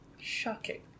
Shocking